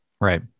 right